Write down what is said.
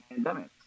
pandemics